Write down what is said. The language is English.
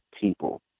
people